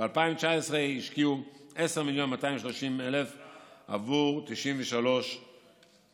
ב-2019 השקיעו 10 מיליון ו-230,000 שקל עבור 93 מוסדות.